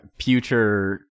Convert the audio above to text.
future